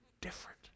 different